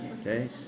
okay